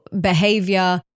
behavior